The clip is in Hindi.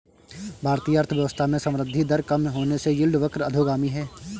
भारतीय अर्थव्यवस्था में संवृद्धि दर कम होने से यील्ड वक्र अधोगामी है